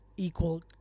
equal